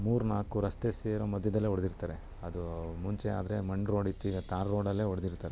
ಮೂರು ನಾಲ್ಕು ರಸ್ತೆ ಸೇರೊ ಮಧ್ಯದಲ್ಲೇ ಹೊಡ್ದಿರ್ತಾರೆ ಅದು ಮುಂಚೆ ಆದರೆ ಮಣ್ಣು ರೋಡಿತ್ತು ಈಗ ತಾರ್ ರೋಡಲ್ಲೆ ಹೊಡ್ದಿರ್ತಾರೆ